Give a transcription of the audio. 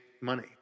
money